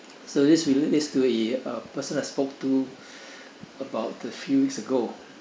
so this is to a uh person I spoke to about a few weeks ago